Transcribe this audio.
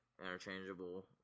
interchangeable